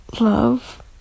love